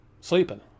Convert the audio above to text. sleeping